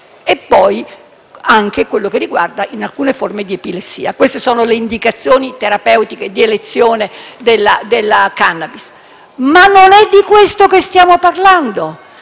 le patologie di tipo contratturante e alcune forme di epilessia. Queste sono le indicazioni terapeutiche di elezione della *cannabis*. Ma non è di questo che stiamo parlando,